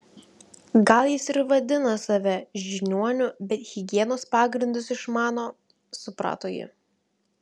gal jis ir vadina save žiniuoniu bet higienos pagrindus išmano suprato ji